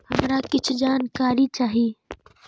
हमरा कीछ जानकारी चाही